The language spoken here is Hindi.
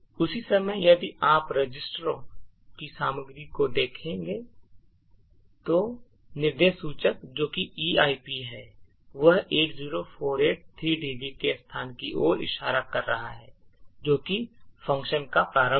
उसी समय यदि आप रजिस्टरों की सामग्री को देखते हैं कि निर्देश सूचक जो कि eip है वह 80483db के स्थान की ओर इशारा कर रहा है जो कि फंक्शन का प्रारंभ है